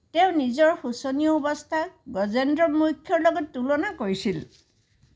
তেওঁ নিজৰ শোচনীয় অৱস্থাক গজেন্দ্ৰ মোক্ষৰ লগত তুলনা কৰিছিল